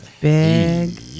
big